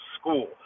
school